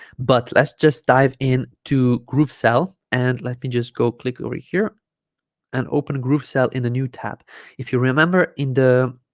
but let's just dive in to groovesell and let me just go click over here and open groovesell in a new tab if you remember in the